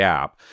app